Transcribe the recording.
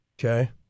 Okay